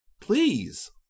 Please